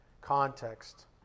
context